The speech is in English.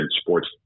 sports